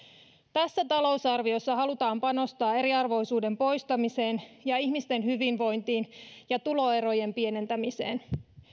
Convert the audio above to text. tässä talousarviossa halutaan panostaa eriarvoisuuden poistamiseen ja ihmisten hyvinvointiin ja tuloerojen pienentämiseen